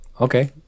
Okay